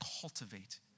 cultivate